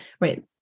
right